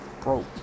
broke